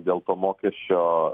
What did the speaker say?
dėl to mokesčio